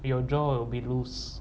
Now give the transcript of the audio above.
you will draw a be loose